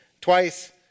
Twice